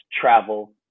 travel